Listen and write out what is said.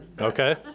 Okay